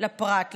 על הפרט,